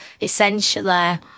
Essentially